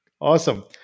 Awesome